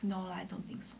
no lah I don't think so